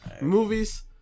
movies